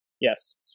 Yes